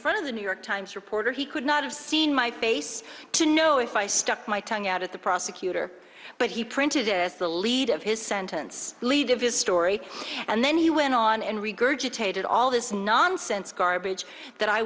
front of the new york times reporter he could not have seen my face to know if i stuck my tongue out at the prosecutor but he printed it as the lead of his sentence lead to his story and then he went on and regurgitated all this nonsense garbage that i